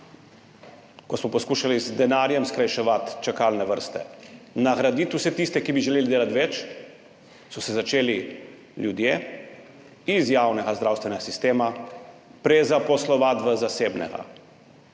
ko smo poskušali z denarjem skrajševati čakalne vrste, nagraditi vse tiste, ki bi želeli delati več, začeli ljudje iz javnega zdravstvenega sistema prezaposlovati v zasebnega.